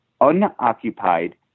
unoccupied